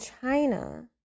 China